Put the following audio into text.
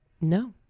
no